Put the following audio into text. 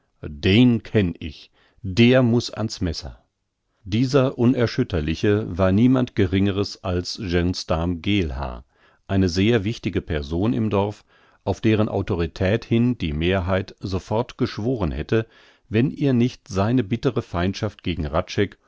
den kenn ich der muß ans messer dieser unerschütterliche war niemand geringeres als gensdarm geelhaar eine sehr wichtige person im dorf auf deren autorität hin die mehrheit sofort geschworen hätte wenn ihr nicht seine bittre feindschaft gegen